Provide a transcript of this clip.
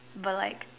but like